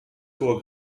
tor